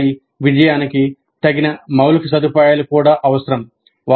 PBI విజయానికి తగిన మౌలిక సదుపాయాలు కూడా అవసరం